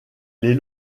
les